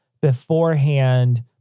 beforehand